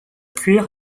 cuire